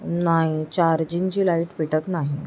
नाही चार्जिंगची लाइट पेटत नाही